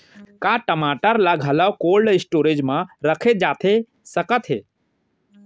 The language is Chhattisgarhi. का टमाटर ला घलव कोल्ड स्टोरेज मा रखे जाथे सकत हे?